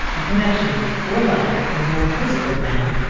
a connection, for life, with an unprincipled man,